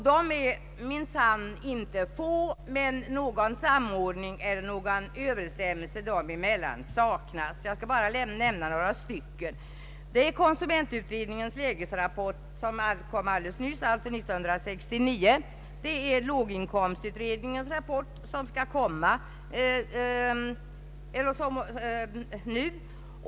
Dessa är minsann inte få, men någon samordning eller överensstämmelse mellan dem finns inte. Jag skall nämna några stycken. Det är konsumentutredningens läges rapport från 1969 och låginkomstutredningens nyligen avgivna betänkande.